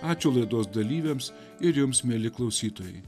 ačiū laidos dalyviams ir jums mieli klausytojai